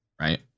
right